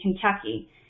Kentucky